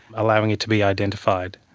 allowing it to be identified.